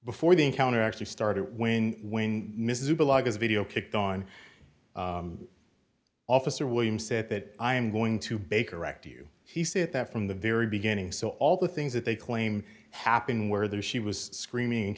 before the encounter actually started when when mrs video kicked on officer williams said that i am going to baker act you he said that from the very beginning so all the things that they claim happen where there she was screaming